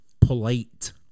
polite